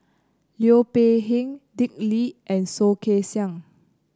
Liu Peihe Dick Lee and Soh Kay Siang